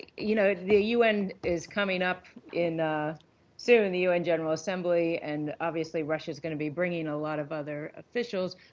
you know the un is coming up in soon, the un general assembly, and obviously, russia's going to be bringing a lot of other officials.